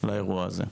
לאירוע הזה?